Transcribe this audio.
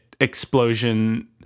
explosion